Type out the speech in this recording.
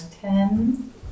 ten